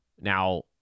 Now